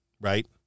right